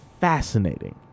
fascinating